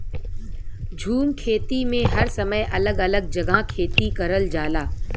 झूम खेती में हर समय अलग अलग जगह खेती करल जाला